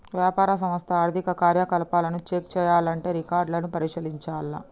వ్యాపార సంస్థల ఆర్థిక కార్యకలాపాలను చెక్ చేయాల్లంటే రికార్డులను పరిశీలించాల్ల